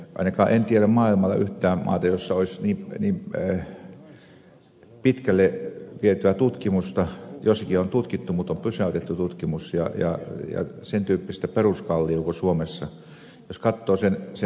ainakaan en tiedä maailmalla yhtään maata jossa olisi niin pitkälle vietyä tutkimusta jossakin on tutkittu mutta on pysäytetty tutkimus ja sen tyyppistä peruskalliota kuin suomessa